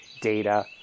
data